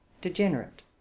degenerate